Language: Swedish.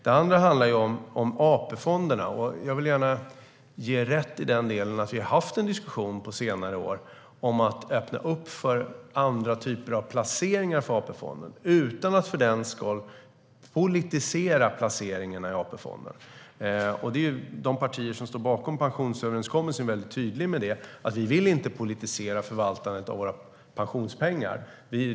Den andra frågan handlar om AP-fonderna, och jag vill gärna ge rätt i den delen att vi har haft en diskussion på senare år om att öppna upp för andra typer av placeringar för AP-fonderna utan att för den skull politisera placeringarna i AP-fonder. Vi partier som står bakom pensionsöverenskommelsen är tydliga med att vi inte vill politisera förvaltandet av våra pensionspengar.